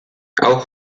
auch